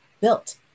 built